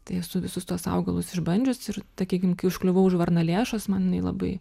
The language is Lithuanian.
tai esu visus tuos augalus išbandžius ir takykim kai užkliuvau už varnalėšos man jinai labai